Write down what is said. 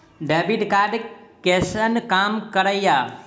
Debit card कैसन काम करेया?